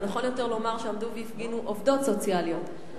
אבל נכון יותר לומר שעמדו והפגינו עובדות סוציאליות.